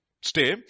stay